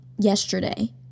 yesterday